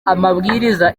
amabwiriza